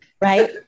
right